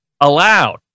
allowed